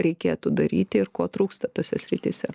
reikėtų daryti ir ko trūksta tose srityse